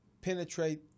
penetrate